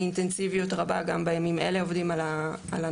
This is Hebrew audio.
באינטנסיביות רבה גם בימים אלה עובדים על הנוסח,